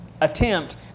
attempt